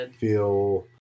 feel